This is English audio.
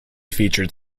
featured